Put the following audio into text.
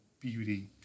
beauty